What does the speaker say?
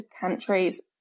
countries